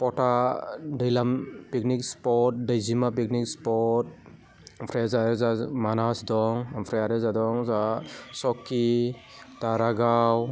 पटा दैलाम picnic spot दैजिमा पिकनिक स्पट ओमफ्राय जा जाहा मानास दं ओमफ्राय आरो जोंहा दं जाहा सखि दारागाव